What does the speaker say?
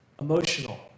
emotional